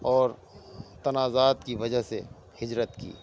اور تنازعات کی وجہ سے ہجرت کی